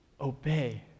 obey